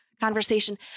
conversation